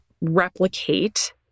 replicate